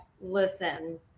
Listen